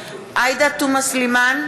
(קוראת בשם חברת הכנסת) עאידה תומא סלימאן,